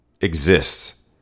exists